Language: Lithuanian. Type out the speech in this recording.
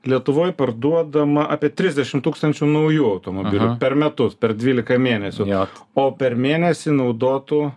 lietuvoj parduodama apie trisdešimt tūkstančių naujų automobilių per metus per dvylika mėnesių o per mėnesį naudotų